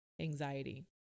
anxiety